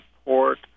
support